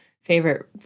favorite